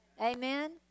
Amen